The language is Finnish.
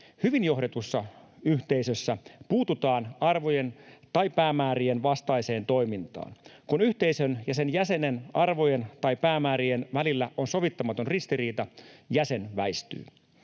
Hyvin johdetussa yhteisössä puututaan arvojen tai päämäärien vastaiseen toimintaan. Kun yhteisön ja sen jäsenen arvojen tai päämäärien välillä on sovittamaton ristiriita, jäsen väistyy.